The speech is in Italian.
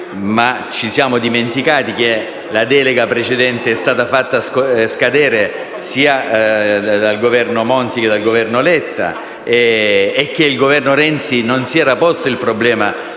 ma ci siamo dimenticati che la delega precedente è stata fatta scadere sia dal Governo Monti che dal Governo Letta, e che il Governo Renzi non si era posto il problema